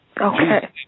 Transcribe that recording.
Okay